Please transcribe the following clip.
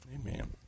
Amen